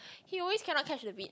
he always cannot catch the beat